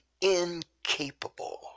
incapable